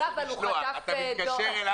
כדי להגיע מנקודה לנקודה אתה צריך מה שנקרא קישוריות,